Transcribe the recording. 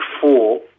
four